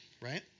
right